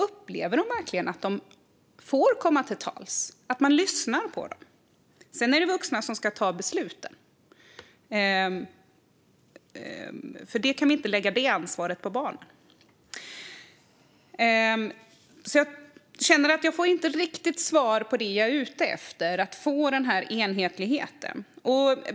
Upplever de verkligen att de får komma till tals, att man lyssnar på dem? Sedan är det de vuxna som ska fatta besluten eftersom det ansvaret inte kan läggas på barnen. Jag har inte riktigt fått svar på det jag är ute efter, nämligen enhetligheten.